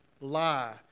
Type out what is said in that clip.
lie